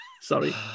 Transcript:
Sorry